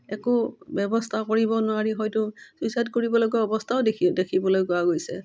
একো ব্যৱস্থা কৰিব নোৱাৰি হয়তো চুইচাইড কৰিবলগা অৱস্থাও দেখি দেখিবলৈ পোৱা গৈছে